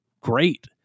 great